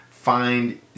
find